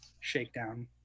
shakedown